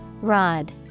Rod